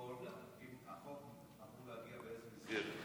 קודם כול,